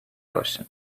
ocean